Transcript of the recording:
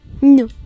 No